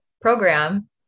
program